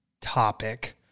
topic